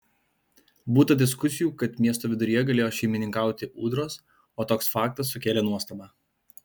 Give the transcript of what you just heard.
būta diskusijų kad miesto viduryje galėjo šeimininkauti ūdros o toks faktas sukėlė nuostabą